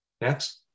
Next